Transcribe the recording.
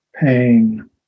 pain